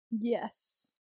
Yes